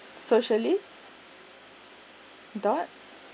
socialists dot